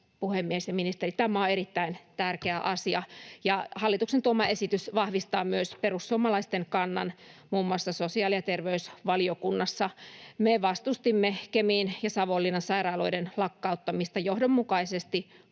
puhemies ja ministeri, tämä on erittäin tärkeä asia. Hallituksen tuoma esitys vahvistaa myös perussuomalaisten kannan muun muassa sosiaali- ja terveysvaliokunnassa. Me vastustimme Kemin ja Savonlinnan sairaaloiden lakkauttamista johdonmukaisesti